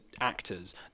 actors